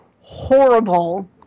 horrible